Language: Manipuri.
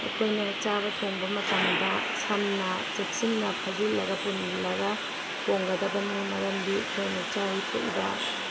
ꯑꯩꯈꯣꯏꯅ ꯆꯥꯕ ꯊꯣꯡꯕ ꯃꯇꯝꯗ ꯁꯝ ꯅꯥ ꯆꯦꯛꯁꯤꯟꯅ ꯐꯥꯖꯤꯜꯂꯒ ꯄꯨꯜꯂꯒ ꯊꯣꯡꯒꯗꯕꯅꯤ ꯃꯔꯝꯗꯤ ꯑꯩꯈꯣꯏꯅ ꯆꯥꯔꯤ ꯊꯛꯏꯕ